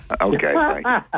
Okay